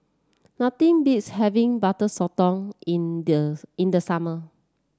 nothing beats having Butter Sotong in the in the summer